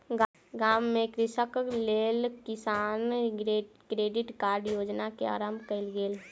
गाम में कृषकक लेल किसान क्रेडिट कार्ड योजना के आरम्भ कयल गेल